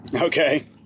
okay